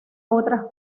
otras